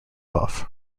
off